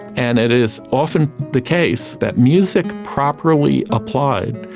and it is often the case that music, properly applied,